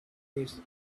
days